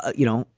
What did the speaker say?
you know,